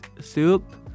soup